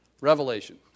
Revelation